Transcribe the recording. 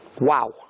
Wow